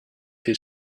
his